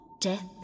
Death